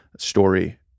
story